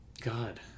god